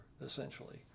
essentially